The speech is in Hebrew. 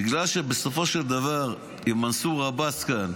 בגלל שבסופו של דבר עם מנסור עבאס כאן,